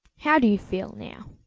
how do you feel now?